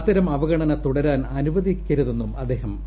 അത്തരം അവഗ്ണനിതുടരാൻ അനുവദിക്കരുതെന്നും അദ്ദേഹം പറഞ്ഞു